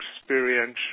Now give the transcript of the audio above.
experiential